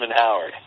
Howard